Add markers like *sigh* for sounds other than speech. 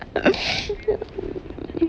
*laughs*